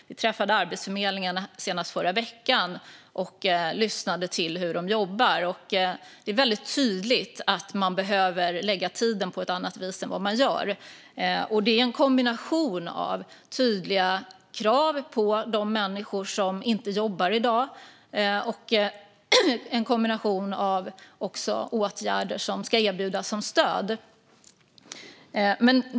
Vi träffade Arbetsförmedlingen senast förra veckan och lyssnade till hur de jobbar. Det är väldigt tydligt att man behöver lägga tiden på ett annat vis än vad man gör. Det är en kombination av tydliga krav på de människor som i dag inte jobbar och åtgärder som ska erbjudas som stöd.